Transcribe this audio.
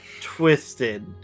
twisted